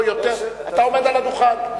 אתה עומד על הדוכן.